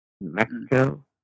Mexico